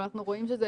אבל אנחנו רואים שזה